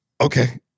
Okay